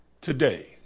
today